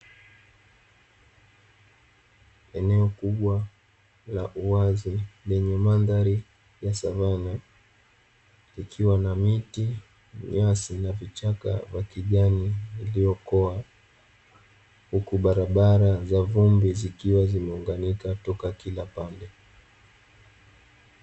Eneo kubwa la uwazi lenye mandhari ya savana, ikiwa na miti, nyasi na vichaka vya kijani iliyo koa. Huku barabara za vumbi zikiwa zimeunganika toka kila pande.